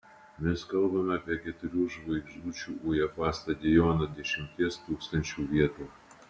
mes kalbame apie keturių žvaigždučių uefa stadioną dešimties tūkstančių vietų